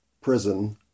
prison